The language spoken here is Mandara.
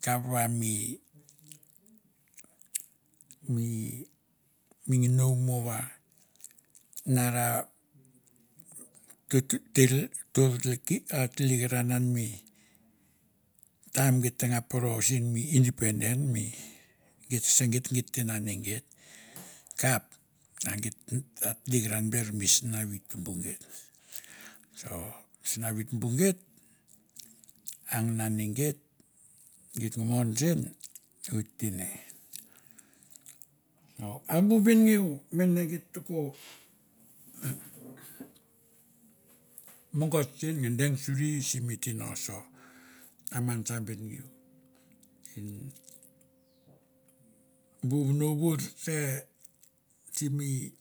Kap va mi mi nginaou mo va na ra tortel tlekiran ian mi taim geit nga poro sen mi independen mi e geit kese geit geit te nane geit, kap a geit ta tlekeran ber mi sinavi tumbu geit, so mi snavi tumbu geit ang nane geit, geit nga mon sen oit te ne. O a bu benngeu mene geit ta ko mogos sen nge deng suri simi tino so a man sa benengeu. Bu vono vour se simi